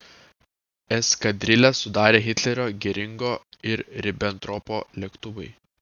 eskadrilę sudarė hitlerio geringo ir ribentropo lėktuvai